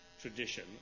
tradition